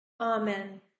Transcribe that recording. Amen